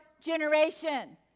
generation